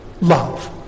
love